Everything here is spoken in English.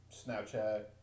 snapchat